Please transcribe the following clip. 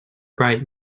bright